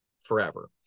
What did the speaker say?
forever